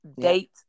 Date